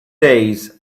days